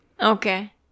Okay